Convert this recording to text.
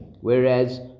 whereas